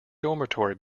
dormitory